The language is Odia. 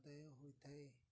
ଅଦାୟ ହୋଇଥାଏ